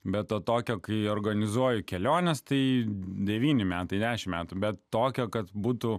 bet tokio kai organizuoji keliones tai devyni metai dešimt metų bet tokia kad būtų